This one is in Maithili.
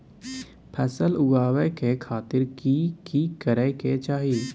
फसल उगाबै के खातिर की की करै के चाही?